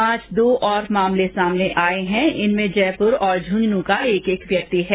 आज दो और मामले सामने आए हैं इनमें जयपुर और झुंझनू का एक एक व्यक्ति है